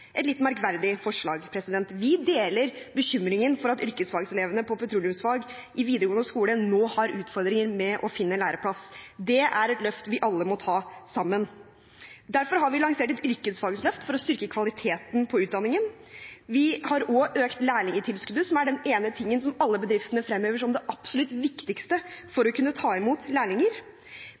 et litt merkverdig forslag. Vi deler bekymringen for at yrkesfagselevene på petroleumsfag i videregående skole nå har utfordringer med å finne læreplass. Det er et løft vi alle må ta sammen. Derfor har vi lansert et yrkesfagsløft for å styrke kvaliteten på utdanningen. Vi har også økt lærlingtilskuddet, som er den ene tingen alle bedrifter fremhever som det absolutt viktigste for å kunne ta imot lærlinger.